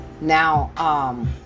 Now